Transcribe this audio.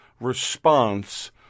response